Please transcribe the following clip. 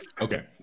Okay